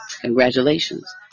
Congratulations